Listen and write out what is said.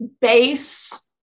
base